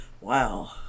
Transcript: Wow